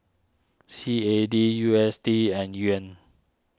C A D U S D and Yuan